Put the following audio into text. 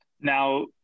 Now